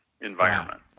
environment